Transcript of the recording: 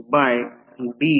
तर 0